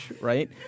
right